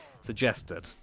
suggested